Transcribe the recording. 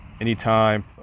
anytime